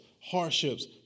hardships